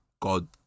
God